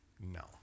no